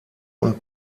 und